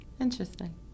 Interesting